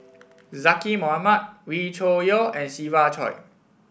Zaqy Mohamad Wee Cho Yaw and Siva Choy